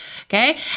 Okay